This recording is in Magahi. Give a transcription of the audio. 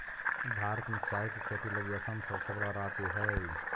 भारत में चाय के खेती लगी असम सबसे बड़ा राज्य हइ